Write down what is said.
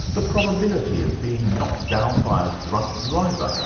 the probability of being knocked down by a drunk driver.